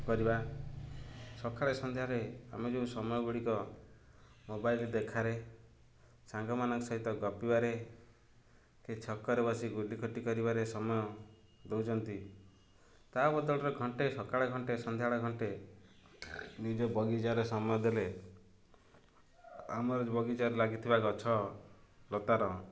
କରିବା ସକାଳେ ସନ୍ଧ୍ୟାରେ ଆମେ ଯେଉଁ ସମୟ ଗୁଡ଼ିକ ମୋବାଇଲ୍ ଦେଖାରେ ସାଙ୍ଗମାନଙ୍କ ସହିତ ଗପିବାରେ କି ଛକରେ ବସି ଗୁଲିଖଟି କରିବାରେ ସମୟ ଦେଉଛନ୍ତି ତା' ବଦଳରେ ଘଣ୍ଟେ ସକାଳେ ଘଣ୍ଟେ ସନ୍ଧ୍ୟାଳେ ଘଣ୍ଟେ ନିଜ ବଗିଚାରେ ସମୟ ଦେଲେ ଆମର ବଗିଚାରେ ଲାଗିଥିବା ଗଛ ଲତାର